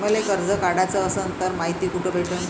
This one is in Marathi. मले कर्ज काढाच असनं तर मायती कुठ भेटनं?